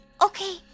okay